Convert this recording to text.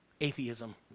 atheism